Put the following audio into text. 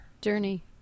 Journey